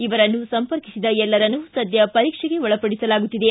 ಇವರನ್ನು ಸಂಪರ್ಕಿಸಿದ ಎಲ್ಲರನ್ನೂ ಸದ್ಯ ಪರೀಕ್ಷೆಗೆ ಒಳಪಡಿಸಲಾಗುತ್ತಿದೆ